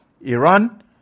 Iran